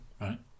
Right